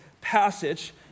passage